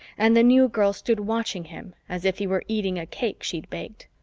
and the new girl stood watching him as if he were eating a cake she'd baked.